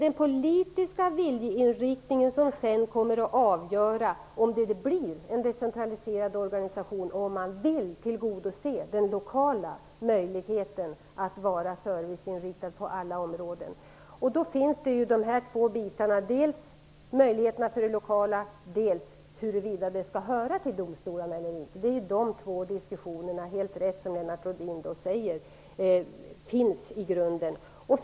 Den politiska viljeinriktningen kommer sedan att avgöra om det blir en decentraliserad organisation och om man vill tillgodose de lokala servicebehoven på olika områden. Vi kan här se två olika frågeställningar: dels tillgodoseendet av behoven på det lokala planet, dels huruvida verksamheten skall ligga under domstolarna eller inte. Som Lennart Rohdin helt riktigt säger är dessa båda frågeställningar grundläggande.